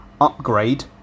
Upgrade